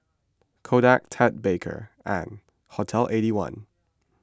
Kodak Ted Baker and Hotel Eighty One